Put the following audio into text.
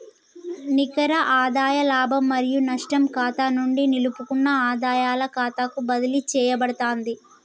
నికర ఆదాయ లాభం మరియు నష్టం ఖాతా నుండి నిలుపుకున్న ఆదాయాల ఖాతాకు బదిలీ చేయబడతాంది